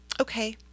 Okay